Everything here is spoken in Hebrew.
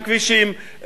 כבישים,